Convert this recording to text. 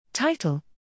Title